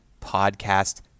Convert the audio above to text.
podcast